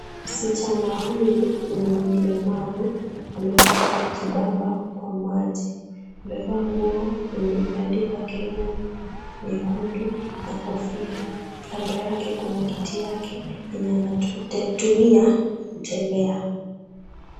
Msichana huyu mwenye ni mlemavu amekuja kujibamba kwa maji. Amevaa nguo yenye imeandikwa Kenya nyekundu na kofia. Kando yake kuna kiti yake yenye anatumia kutembea.